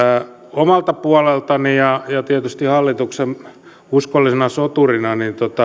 omalta puoleltani ja tietysti hallituksen uskollisena soturina